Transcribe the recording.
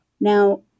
now